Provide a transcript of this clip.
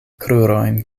krurojn